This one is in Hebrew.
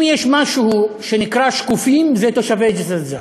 אם יש משהו שנקרא "שקופים", זה תושבי ג'סר-א-זרקא: